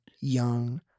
young